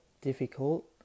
difficult